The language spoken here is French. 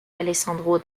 alessandro